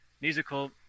musical